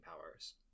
powers